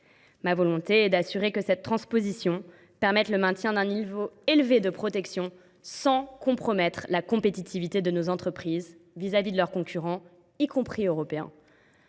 Je souhaite m’assurer que cette transposition maintienne un niveau élevé de protection, sans compromettre la compétitivité de nos entreprises vis à vis de leurs concurrents, y compris européens.